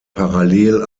parallel